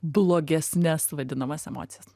blogesnes vadinamas emocijas